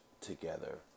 together